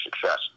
success